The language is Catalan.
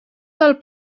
del